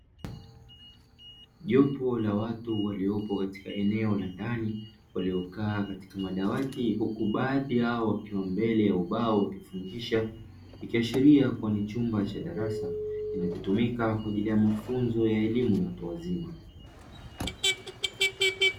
Jopo la watu waliopo katika eneo la ndani waliokaa katika madawati huku baadhi yao wakiwa mbele ya ubao wakifundisha, likiashiria kuwa ni chumba cha darasa kinachotumika kwa ajili ya mafunzo ya elimu ya watu wazima.